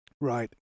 Right